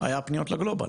היה פניות לגלובאל.